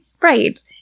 Right